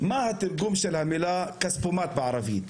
מה התרגום של המילה כספומט בערבית,